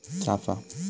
चाफा